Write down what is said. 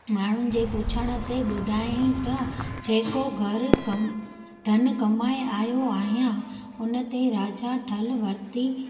माण्हुनि जे पुछण ते ॿुधायई त जेको घरु क धन कमाए आयो आहियां उनते राजा ढल वरिती